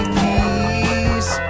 peace